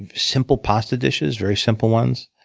and simple pasta dishes, very simple ones.